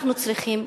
אנחנו צריכים נתונים.